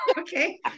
Okay